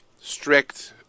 strict